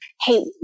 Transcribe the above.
hey